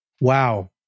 Wow